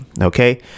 okay